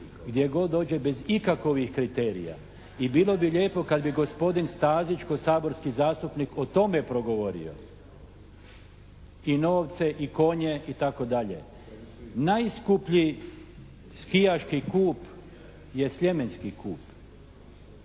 gdje god dođe bez ikakovih kriterija. I bilo bi lijepo kad bi gospodin Stazić kao saborski zastupnik o tome progovorio. I novce i konje, itd. Najskuplji skijaški kup je Sljemenski kup.